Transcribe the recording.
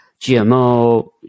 GMO